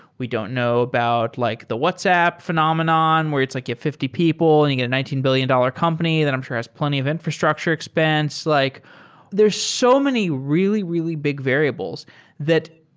we don't know about like the whatsapp phenomenon where it's like you have fifty people and you a nineteen billion dollars company that i'm sure has plenty of infrastructure expense. like there're so many really, really big variables that,